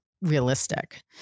realistic